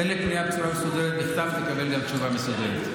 תן לי פנייה בצורה מסודרת בכתב ותקבל גם תשובה בצורה מסודרת.